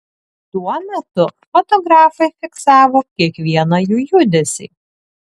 tuo metu fotografai fiksavo kiekvieną jų judesį